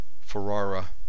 Ferrara